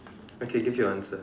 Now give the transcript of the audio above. okay give your answer